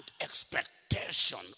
expectation